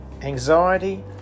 anxiety